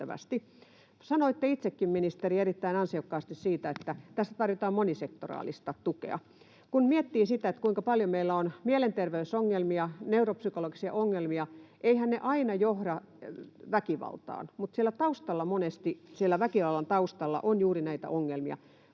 Sanoitte itsekin, ministeri, erittäin ansiokkaasti siitä, että tässä tarjotaan monisektoraalista tukea. Kun miettii sitä, kuinka paljon meillä on mielenterveysongelmia, neuropsykologisia ongelmia, niin eihän ne aina johda väkivaltaan, mutta siellä taustalla monesti, siellä väkivallan taustalla, on juuri näitä ongelmia.